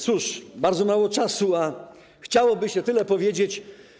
Cóż, bardzo mało czasu, a chciałoby się tyle powiedzieć.